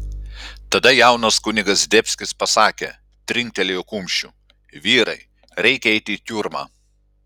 tada jaunas kunigas zdebskis pasakė trinktelėjo kumščiu vyrai reikia eiti į tiurmą